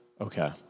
Okay